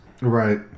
Right